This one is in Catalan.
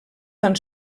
tan